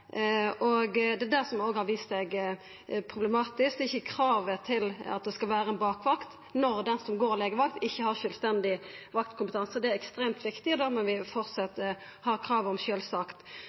og det er det som òg har vist seg problematisk. Det er ikkje kravet til at det skal vera ei bakvakt når han eller ho som går legevakt, ikkje har sjølvstendig vaktkompetanse. Det er ekstremt viktig, og det må vi sjølvsagt fortsetja å ha krav om.